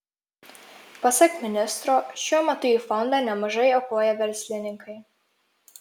pasak ministro šiuo metu į fondą nemažai aukoja verslininkai